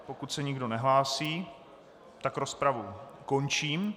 Pokud se někdo nehlásí, tak rozpravu končím.